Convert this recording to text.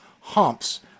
Humps